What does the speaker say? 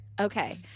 Okay